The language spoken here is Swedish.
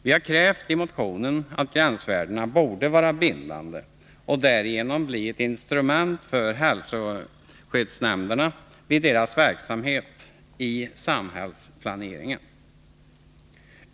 Vi har krävt i motionen att gränsvärdena skall vara bindande och därigenom bli ett instrument för hälsoskyddsnämnderna vid deras medverkan i samhällsplaneringen.